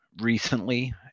recently